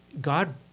God